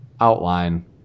outline